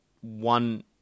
One